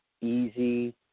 easy